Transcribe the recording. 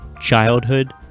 childhood